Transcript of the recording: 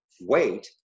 weight